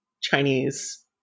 Chinese